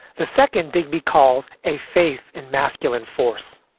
the second digby calls a faith in masculine force.